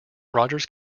rogers